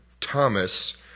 Thomas